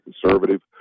conservative